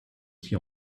qui